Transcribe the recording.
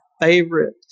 favorite